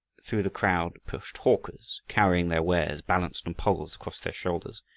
through the crowd pushed hawkers, carrying their wares balanced on poles across their shoulders.